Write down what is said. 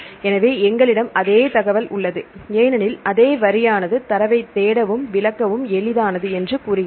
எனவே எங்களிடம் அதே தகவல் உள்ளது ஏனெனில் அதே வரியானது தரவைத் தேடவும் விளக்கவும் எளிதானது என்று கூறுகிறது